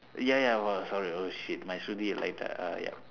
ya ya !wah! sorry oh shit my Shruti lightaa uh ya